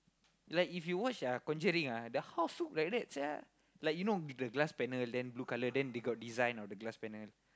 like if you watch uh Conjuring ah the house look like that sia like you know the glass panel then blue colour then they got design on the glass panel